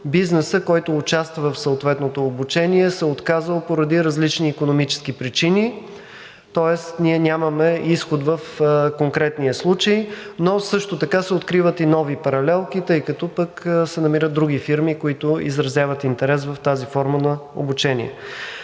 бизнесът, който участва в съответното обучение, се е отказал поради различни икономически причини, тоест ние нямаме изход в конкретния случай, но също така се откриват и нови паралелки, тъй като пък се намират други фирми, които изразяват интерес в тази форма на обучение.